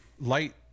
light